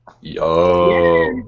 Yo